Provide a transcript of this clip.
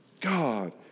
God